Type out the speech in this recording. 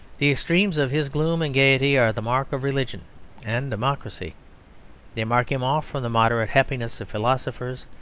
the extremes of his gloom and gaiety are the mark of religion and democracy they mark him off from the moderate happiness of philosophers,